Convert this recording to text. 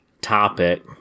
topic